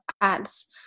ads